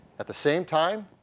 at the same time,